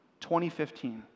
2015